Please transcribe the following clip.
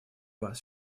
вас